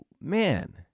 man